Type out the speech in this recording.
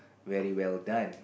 very well done